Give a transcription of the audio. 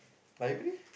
library